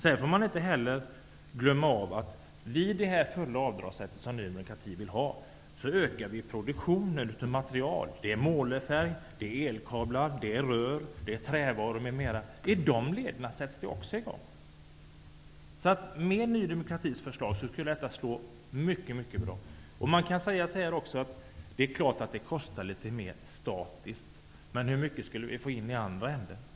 Vi får inte heller glömma att produktionen av material ökar om man genomför den fulla avdragsrätt som Ny demokrati vill ha. Det gäller målarfärg, elkablar, rör, trävaror m.m. De leden sätts också i gång. Ny demokratis förslag skulle slå mycket, mycket bra. Det är klart att det kostar litet mer, men hur mycket skulle vi inte få in i andra ändan?